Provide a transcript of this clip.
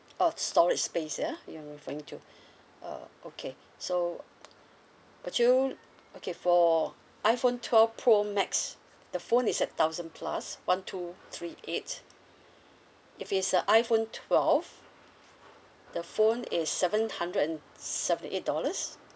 orh storage space ya you are referring to uh okay so would you okay for iphone twelve pro max the phone is at thousand plus one two three eight if it's a iphone twelve the phone is seven hundred and seventy eight dollars